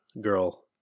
girl